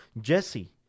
Jesse